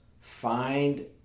find